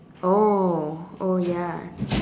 oh oh ya